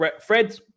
Fred